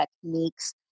techniques